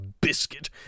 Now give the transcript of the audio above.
biscuit